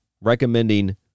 recommending